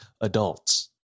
adults